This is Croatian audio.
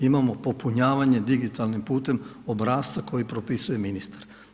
Imamo popunjavanje digitalnim putem obrasca koji propisuje ministar.